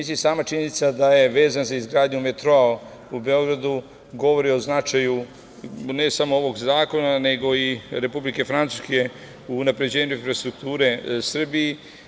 Sama činjenica da je vezan za izgradnju metroa u Beogradu govori o značaju ne samo ovog zakona, nego i Republike Francuske u unapređenju infrastrukture u Srbiji.